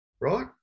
right